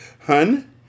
Hun